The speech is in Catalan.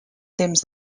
temps